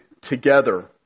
together